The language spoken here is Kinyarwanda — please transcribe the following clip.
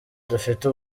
dufite